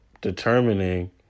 determining